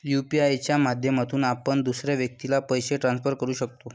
UPI च्या माध्यमातून आपण दुसऱ्या व्यक्तीला पैसे ट्रान्सफर करू शकतो